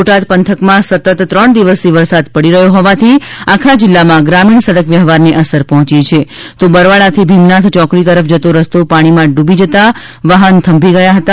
બોટાદ પંથકમાં સતત ત્રણ દિવસથી વરસાદ પડી રહ્યો હોવાથી આખા જિલ્લામાં ગ્રામીણ સડક વ્યવહારને અસર પહોચી છે તો બરવાળાથી ભીમનાથ ચોકડી તરફ જતો રસ્તો પાણીમાં ડૂબી જતાં વાહન થંભી ગયા છે